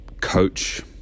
coach